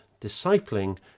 Discipling